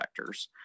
vectors